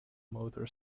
motor